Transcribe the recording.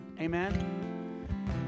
Amen